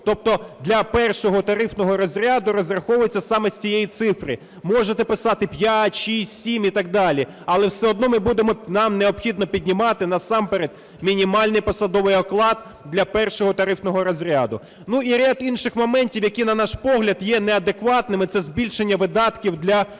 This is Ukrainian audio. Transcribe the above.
Тобто для першого тарифного розряду розраховується саме з цієї цифри. Можете писати 5, 6, 7 і так далі, але все одно ми будемо… нам необхідно піднімати насамперед мінімальний посадовий оклад для першого тарифного розряду. Ну, і ряд інших моментів, які, на наш погляд, є неадекватними, це збільшення видатків для органів